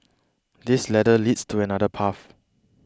this ladder leads to another path